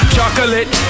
Chocolate